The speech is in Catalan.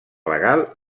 legal